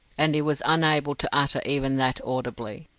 and he was unable to utter even that audibly.